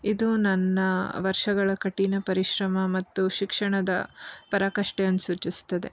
ಇದು ನನ್ನ ವರ್ಷಗಳ ಕಠಿಣ ಪರಿಶ್ರಮ ಮತ್ತು ಶಿಕ್ಷಣದ ಪರಾಕಾಷ್ಠೆಯನ್ನು ಸೂಚಿಸ್ತದೆ